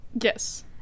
Yes